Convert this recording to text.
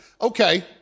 Okay